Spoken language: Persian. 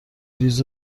ریز